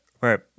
right